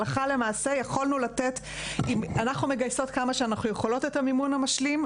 אנחנו מגייסות כמה שאנחנו יכולות את המימון המשלים,